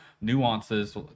nuances